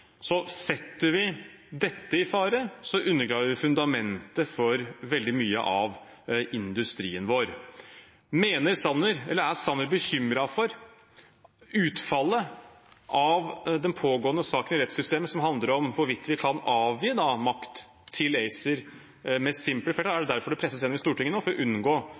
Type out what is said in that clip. Setter vi dette i fare, undergraver vi fundamentet for veldig mye av industrien vår. Er Sanner bekymret for utfallet av den pågående saken i rettssystemet som handler om hvorvidt vi kan avgi makt til ACER med simpelt flertall? Er det derfor det presses gjennom i Stortinget nå, for å